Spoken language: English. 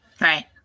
Right